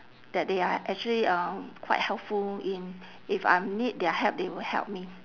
that they are actually uh quite helpful in if I'm need their help they will help me